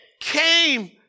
came